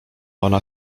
ona